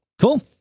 Cool